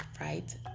right